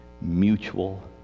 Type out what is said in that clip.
mutual